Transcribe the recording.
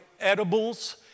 edibles